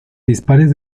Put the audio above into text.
dispares